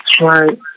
Right